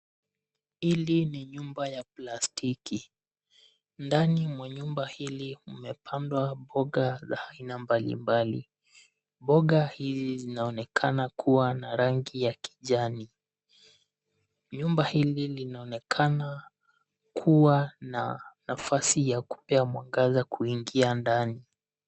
Hili ni nyumba ya plastiki. Ndani mwa nyumba hili mmepandwa mboga za aina mbalimbali. Mboga hizi zinaonekana kuwa na rangi ya kijani. Nyumba hili linaonekana kuwa na nafasi ya kupea mwangaza kuingia ndani.